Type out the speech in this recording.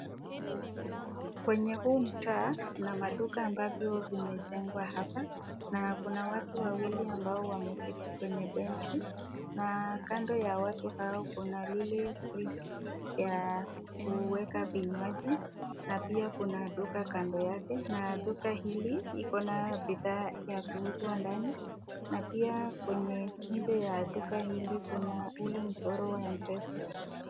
Kwenye huu mtaa kuna maduka ambavyo vimejengwa hapa, na kuna watu wawili ambao wameketi kwenye benchi na kando ya watu hawa kuna lile fridge ya kuweka vinywaji, na pia kuna duka kando yake na pia nduka hili iko na bidhaa ya kuuzwa ndani na pia kwenye nje ya duka hili kuna ule mchoro wa M Pesa.